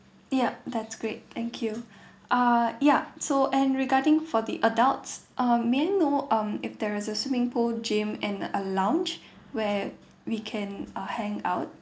yup that's great thank you err yup so and regarding for the adults um may I know um if there is a swimming pool gym and a lounge where we can uh hang out